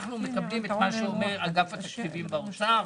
אנחנו מקבלים את מה שאומר אגף התקציבים באוצר,